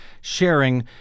sharing